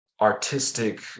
artistic